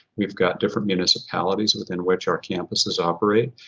we've got different municipalities within which our campuses operate.